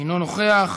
אינו נוכח.